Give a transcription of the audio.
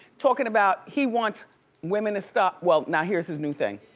talkin' about he wants women to stop, well, now here's his new thing,